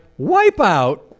wipeout